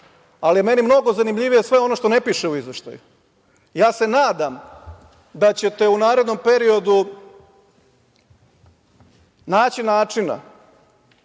je meni mnogo zanimljivije sve ono što ne piše u izveštaju. Ja se nadam da ćete u narednom periodu naći načina,